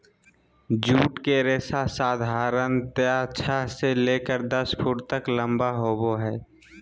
jute के रेशा साधारणतया छह से लेकर दस फुट तक लम्बा होबो हइ